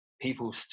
People